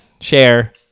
share